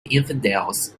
infidels